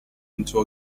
into